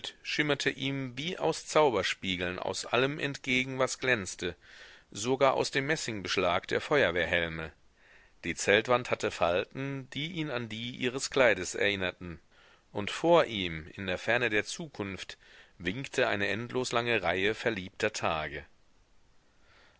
schimmerte ihm wie aus zauberspiegeln aus allem entgegen was glänzte sogar aus dem messingbeschlag der feuerwehrhelme die zeltwand hatte falten die ihn an die ihres kleides erinnerten und vor ihm in der ferne der zukunft winkte eine endlos lange reihe verliebter tage